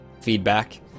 feedback